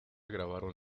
grabaron